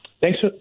Thanks